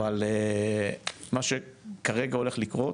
אבל מה שכרגע הולך לקרות